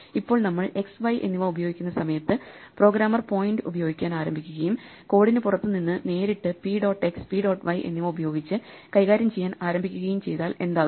ഇപ്പോൾ നമ്മൾ x y എന്നിവ ഉപയോഗിക്കുന്ന സമയത്ത് പ്രോഗ്രാമർ പോയിന്റ് ഉപയോഗിക്കാൻ ആരംഭിക്കുകയും കോഡിന് പുറത്ത് നിന്ന് നേരിട്ട് p dot x p dot y എന്നിവ ഉപയോഗിച്ച് കൈകാര്യം ചെയ്യാൻ ആരംഭിക്കുകയും ചെയ്താൽ എന്താകും